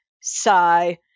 Sigh